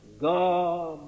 God